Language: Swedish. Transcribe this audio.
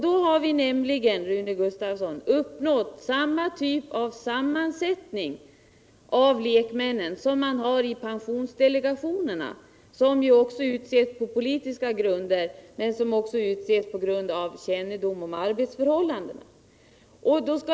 Då har vi väl, Rune Gustavsson, uppnått samma typ av lekmannasammansättning som man har i pensionsdelegationerna, som ju utses på politiska grunder men också på grund av kännedom om förhållandena i arbetslivet.